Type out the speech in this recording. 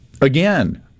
Again